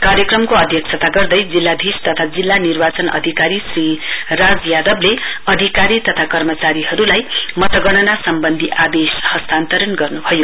कार्यक्रमका अध्यक्षता गर्दै जिल्लाधीश तथा जिल्ला निर्वाचन अधिकारी श्री राज यादवले अधिकारी तथा कर्मचारीहरुलाई मतगणना सम्बन्धी आदेश गर्नुभयो